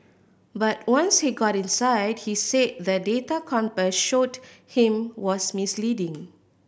but once he got inside he said the data Compass showed him was misleading